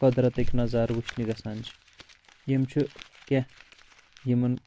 قۄدرتٕکۍ نظارٕ وٕچھنہِ گژھان یِم چھِ کینٛہہ یِمن